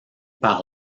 par